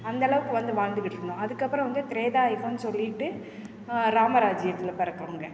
அந்த அளவுக்கு வந்து வாழ்ந்துக்கிட்ருந்தோம் அதுக்கு அப்பறம் வந்து திரேதா யுகம் சொல்லிட்டு ராம ராஜியத்தில் பிறக்குறவங்க